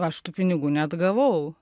aš tų pinigų neatgavau